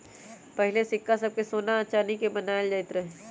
पहिले सिक्का सभ सोना आऽ चानी के बनाएल जाइत रहइ